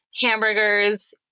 hamburgers